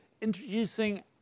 Introducing